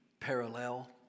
Parallel